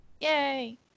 Yay